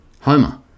Homer